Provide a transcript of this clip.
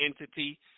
entity